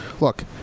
Look